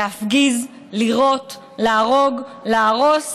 להפגיז, לירות, להרוג, להרוס,